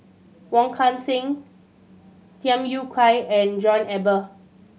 Wong Kan Seng Tham Yui Kai and John Eber